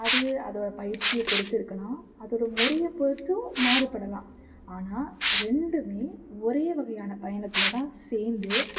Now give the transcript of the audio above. அது அதோடய பயிற்சியை பொறுத்து இருக்கலாம் அதோடய முறையை பொறுத்தும் மாறுபடலாம் ஆனால் ரெண்டுமே ஒரே வகையான பயணத்தில் தான் சேர்ந்து